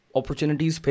opportunities